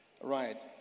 right